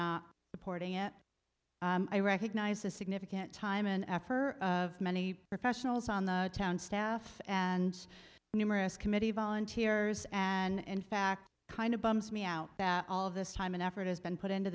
not supporting it i recognize the significant time and effort of many professionals on the town staff and numerous committee volunteers and in fact kind of bums me out that all of this time and effort has been put into